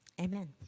Amen